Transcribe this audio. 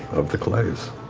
of the clays.